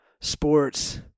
sports